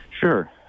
Sure